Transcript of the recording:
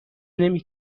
نمی